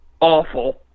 awful